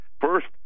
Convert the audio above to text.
First